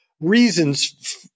reasons